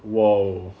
!wow!